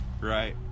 right